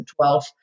2012